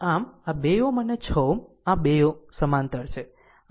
આમ આ 2 Ω અને 6 Ω આ 2 સમાંતર છે